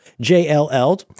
J-L-L